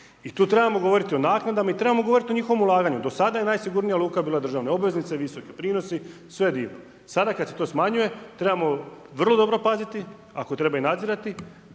I tu trebamo govoriti o naknadama i trebamo govoriti o njihovom ulaganju. Do sada je najsigurnija luka bila državne obveznice, visoki prinosi, sve divno. Sada kada se to smanjuje trebamo vrlo dobro paziti, ako treba i nadzirati,